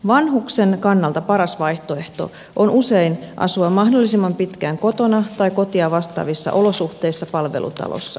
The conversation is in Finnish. vanhuksen kannalta paras vaihtoehto on usein asua mahdollisimman pitkään kotona tai kotia vastaavissa olosuhteissa palvelutalossa